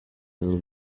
little